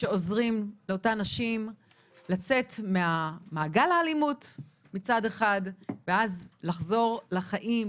שעוזרים לאותן נשים לצאת ממעגל האלימות מצד אחד ואז לחזור לחיים,